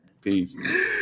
peace